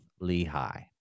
Lehi